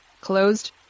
closed